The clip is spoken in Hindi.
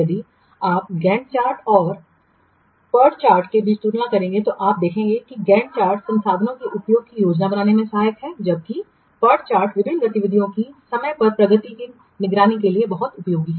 यदि आप गैंट चार्ट और पीईआरटी चार्ट के बीच तुलना करेंगे तो आप देख सकते हैं कि गैन्ट चार्ट संसाधन के उपयोग की योजना बनाने में सहायक है जबकि पीईआरटी चार्ट विभिन्न गतिविधियों की समय पर प्रगति की निगरानी में बहुत उपयोगी है